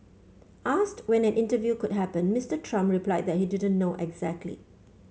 asked when an interview could happen Mister Trump replied that he didn't know exactly